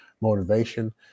motivation